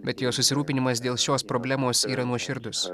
bet jos susirūpinimas dėl šios problemos yra nuoširdus